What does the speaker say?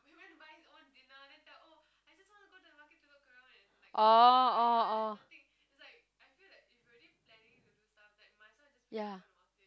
orh orh orh ya